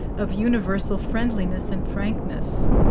of universal friendliness and frankness